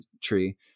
tree